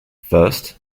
first